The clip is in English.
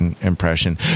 impression